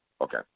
Okay